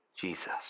Jesus